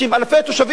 אלפי תושבים,